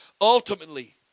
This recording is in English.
Ultimately